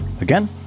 Again